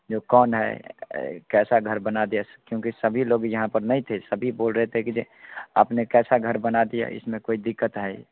जो कौन है कैसा घर बना दिया क्योंकि सभी लोग यहाँ पर नहीं थे सभी बोल रहे थे कि आपने कैसा घर बना दिया इसमें कोई दिक्कत आए